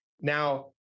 Now